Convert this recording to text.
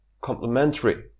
complementary